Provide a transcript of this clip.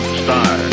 star